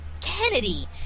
Kennedy